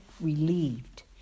relieved